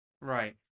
Right